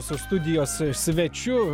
su studijos svečiu